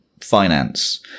finance